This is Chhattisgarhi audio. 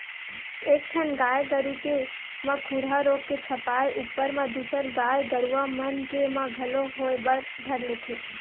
एक ठन गाय गरु के म खुरहा रोग के छपाय ऊपर म दूसर गाय गरुवा मन के म घलोक होय बर धर लेथे